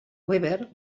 weber